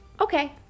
Okay